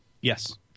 yes